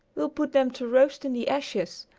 we'll put them to roast in the ashes.